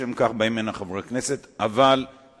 ולשם כך חברי הכנסת באים הנה.